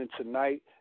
tonight